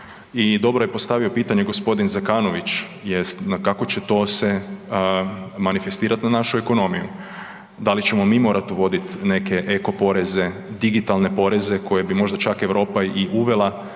I dobro je postavio pitanje gospodin Zekanović, kako će to se manifestirati na našu ekonomiju, dali ćemo mi morati uvoditi neke eko poreze, digitalne poreze koje bi možda čak Europa i uvela